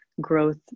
growth